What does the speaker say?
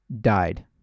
died